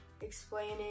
explaining